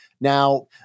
Now